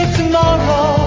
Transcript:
tomorrow